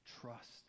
trust